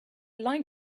like